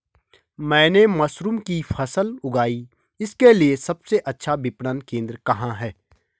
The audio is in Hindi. मैंने मशरूम की फसल उगाई इसके लिये सबसे अच्छा विपणन केंद्र कहाँ है?